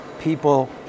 people